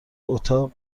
اتاق